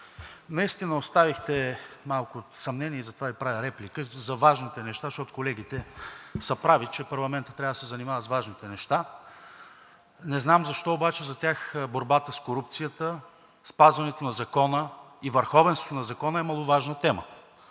Наистина оставихте малко съмнение – и затова Ви правя реплика, за важните неща, защото колегите са прави, че парламентът трябва да се занимава с важните неща. Не знам защо обаче за тях борбата с корупцията, спазването на закона и върховенството на закона е маловажна тема?